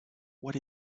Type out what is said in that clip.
what